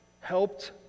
helped